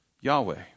Yahweh